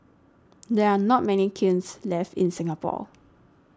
there are not many kilns left in Singapore